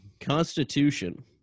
constitution